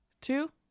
two